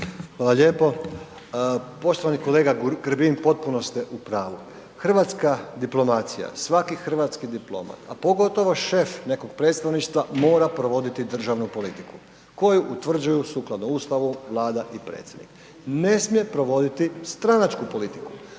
Hvala lijepo. Poštovani kolega Grbin potpuno ste u pravu, hrvatska diplomacija, svaki hrvatski diplomat, a pogotovo šef nekog predstavništva mora provoditi državnu politiku koju utvrđuju sukladno Ustavu Vlada i predsjednik, ne smije provoditi stranačku politiku.